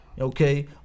Okay